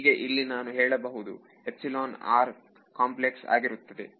ಹೀಗೆ ಇಲ್ಲಿ ನಾನು ಹೇಳಬಹುದು ಎಪ್ಸಿಲೋನ್ r ಕಾಂಪ್ಲೆಕ್ಸ್ ಆಗುತ್ತದೆ